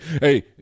hey